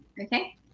Okay